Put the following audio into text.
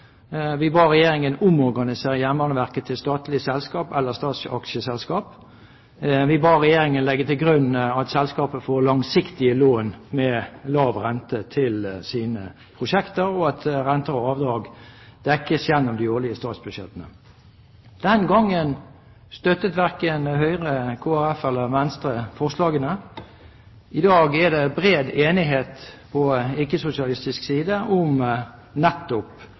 Vi ba regjeringen omorganisere Jernbaneverket til statlig selskap eller statsaksjeselskap, og vi ba regjeringen legge til grunn at selskapet får langsiktige lån med lav rente til sine prosjekter, og at renter og avdrag dekkes gjennom de årlige statsbudsjettene. Den gangen støttet verken Høyre, Kristelig Folkeparti eller Venstre forslaget. I dag er det bred enighet på ikke-sosialistisk side om nettopp